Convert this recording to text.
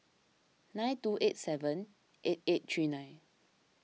nine two eight seven eight eight three nine